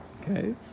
Okay